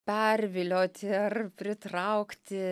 pervilioti ar pritraukti